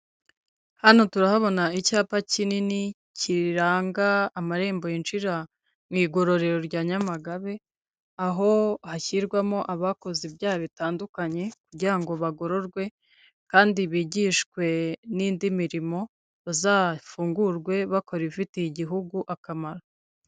Hano turahabona icyapa kinini kiranga amarembo yinjira mu igororero rya Nyamagabe. Aho hashyirwamo abakoze ibyaha bitandukanye, kugira ngo bagororwe kandi bigishwe n'indi mirimo, bazafungurwe bakora ifitiye igihugu akamaro.